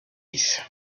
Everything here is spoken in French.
place